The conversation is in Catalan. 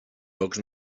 pocs